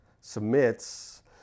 submits